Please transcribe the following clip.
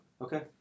Okay